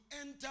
enter